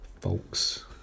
folks